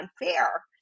unfair